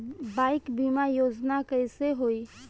Bike बीमा योजना कैसे होई?